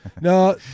no